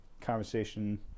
conversation